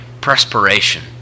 perspiration